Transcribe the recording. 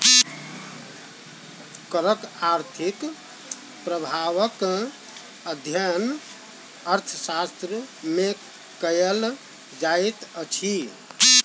करक आर्थिक प्रभावक अध्ययन अर्थशास्त्र मे कयल जाइत अछि